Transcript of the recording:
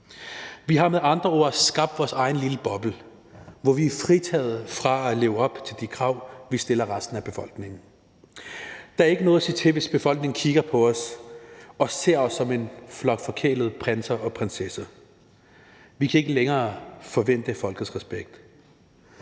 Vi har med andre ord skabt vores egen lille boble, hvor vi er fritaget fra at leve op til de krav, vi stiller resten af befolkningen. Der er ikke noget at sige til, hvis befolkningen kigger på os og ser os som en flok forkælede prinser og prinsesser. Vi kan ikke længere forvente folkets respekt.